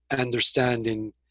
understanding